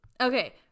okay